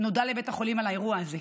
נודע לבית החולים על האירוע הזה.